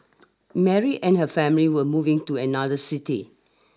Mary and her family were moving to another city